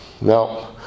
Now